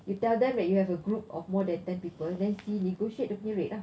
you tell them that you have a group of more than ten people then see negotiate the pay rate ah